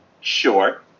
Sure